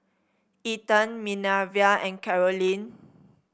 Ethen Minervia and Karolyn